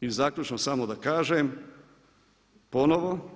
i zaključno samo da kažem ponovno.